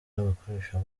n’abakoresha